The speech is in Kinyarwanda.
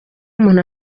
umuntu